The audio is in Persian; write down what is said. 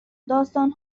داستان